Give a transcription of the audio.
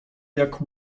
jak